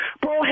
bro